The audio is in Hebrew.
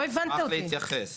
אני אשמח להתייחס.